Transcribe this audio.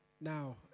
Now